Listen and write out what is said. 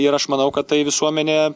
ir aš manau kad tai visuomenė